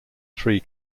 three